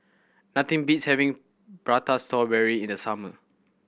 nothing beats having Prata Strawberry in the summer